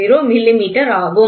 020 millimetre ஆகும்